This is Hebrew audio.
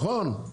נכון?